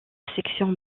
sélection